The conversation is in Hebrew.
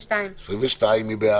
רוויזיה על הסתייגות מס' 11. מי בעד?